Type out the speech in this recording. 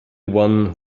one